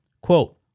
Quote